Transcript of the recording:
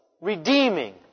redeeming